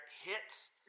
hits